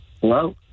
Hello